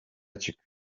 açık